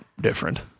different